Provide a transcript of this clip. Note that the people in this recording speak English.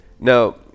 Now